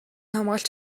хамгаалж